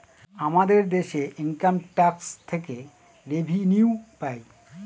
আমাদের দেশে income tax থেকে রেভিনিউ পাই